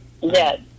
Yes